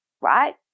right